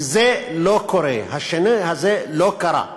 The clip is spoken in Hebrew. וזה לא קורה, השינוי הזה לא קרה.